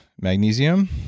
magnesium